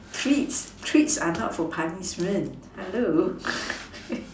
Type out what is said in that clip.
treats treats are not for punishment hello